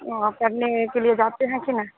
जाते हैं कि नहीं